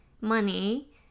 money